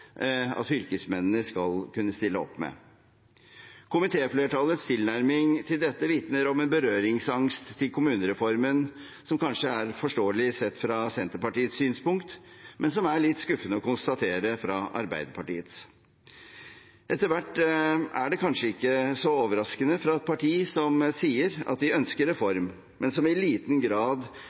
at fylkesmennene skal kunne stille opp med. Komitéflertallets tilnærming til dette vitner om en berøringsangst for kommunereformen som kanskje er forståelig, sett fra Senterpartiets synspunkt, men som det er litt skuffende å konstatere fra Arbeiderpartiet. Etter hvert er det kanskje ikke så overraskende fra et parti som sier at de ønsker reform, men som i liten grad